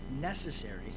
necessary